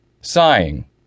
Sighing